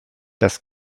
das